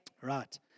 right